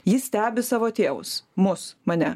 ji stebi savo tėvus mus mane